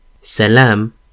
Salam